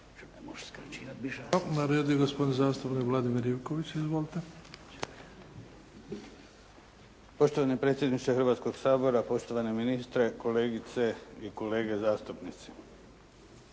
Na redu je gospodin zastupnik Vladimir Ivković. Izvolite. **Ivković, Vladimir (HDZ)** Poštovani predsjedniče Hrvatskoga sabora, poštovani ministre, kolegice i kolege zastupnici.